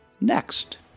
Next